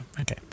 okay